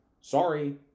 Sorry